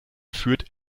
führt